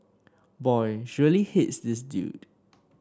boy she really hates this dude